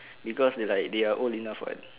because they like they are old enough [what]